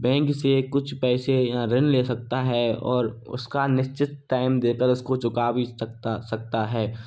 bank से कुछ पैसे या ऋण ले सकता है और उसका निश्चित टाइम देकर उसको चुका भी सकता सकता है